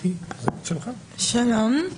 שלום,